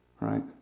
right